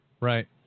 Right